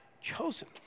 chosen